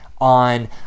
on